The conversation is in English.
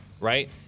right